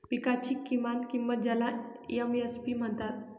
पिकांची किमान किंमत ज्याला एम.एस.पी म्हणतात